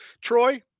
Troy